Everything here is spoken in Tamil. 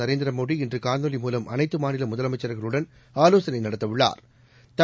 நரேந்திரமோடி இன்று காணொலி மூலம் அனைத்து மாநில முதலமைச்சர்களுடன் ஆலோசனை நடத்த உள்ளா்